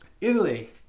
Italy